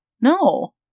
No